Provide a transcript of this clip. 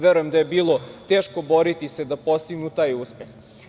Verujem da je bilo teško boriti se da postignu taj uspeh.